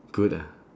good ah